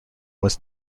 was